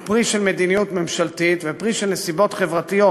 הוא פרי מדיניות ממשלתית ופרי נסיבות חברתיות,